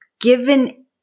given